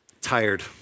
tired